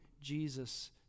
Jesus